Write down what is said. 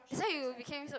that's why you became so